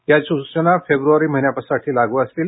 या सूचना फेब्रुवारी महिन्यासाठी लागू असतील